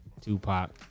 Tupac